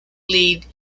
league